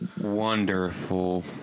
Wonderful